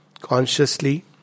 consciously